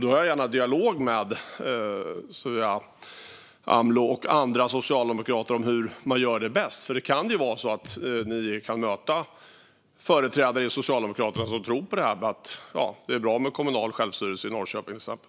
Då har jag gärna en dialog med Sofia Amloh och andra socialdemokrater om hur man gör detta bäst, för det kan vara så att ni kan möta företrädare i Socialdemokraterna som tror på att det är bra med kommunalt självstyre i Norrköping, till exempel.